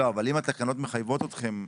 לא, אבל אם התקנות מחייבות אתכם.